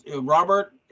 Robert